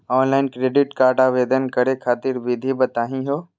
Online credit card आवेदन करे खातिर विधि बताही हो?